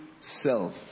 self